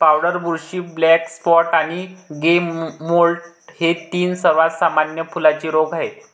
powder बुरशी, black spot आणि grey mould हे तीन सर्वात सामान्य फुलांचे रोग आहेत